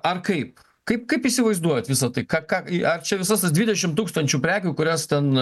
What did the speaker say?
ar kaip kaip kaip įsivaizduojat visą tai ką ką ar čia visas tas dvidešim tūkstančių prekių kurias ten